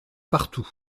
partout